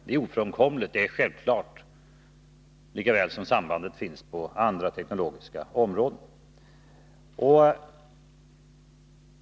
Det är ofrånkomligt och självklart, lika väl som sambandet finns på andra teknologiska områden.